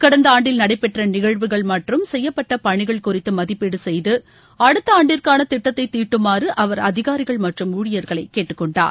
கடந்த ஆண்டில் நடைபெற்ற நிகழ்வுகள் மற்றும் செய்யப்பட்ட பணிகள் குறித்து மதிப்பீடு செய்து அடுத்த ஆண்டிற்கான திட்டத்தை தீட்டுமாறு அவர் அதிகாரிகள் மற்றும் ஊழியர்களைக் கேட்டுக்கொண்டார்